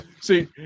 See